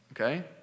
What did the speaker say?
okay